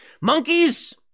Monkeys